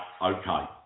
okay